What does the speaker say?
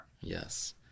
Yes